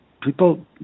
people